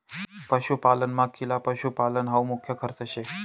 पशुपालनमा खिला पशुपालन हावू मुख्य खर्च शे